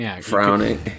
Frowning